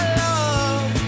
love